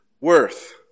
worth